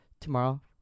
tomorrow